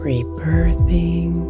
Rebirthing